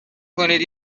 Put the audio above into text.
کنید